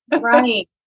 Right